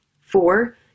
Four